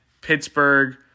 Pittsburgh